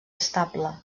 estable